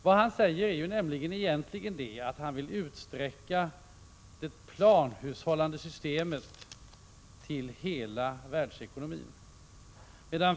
Vad han egentligen säger är ju att han vill utsträcka det planhushållande systemet till att omfatta hela världsekonomin.